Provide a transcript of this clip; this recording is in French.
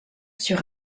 sur